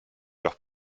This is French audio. leurs